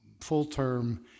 full-term